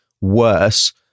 worse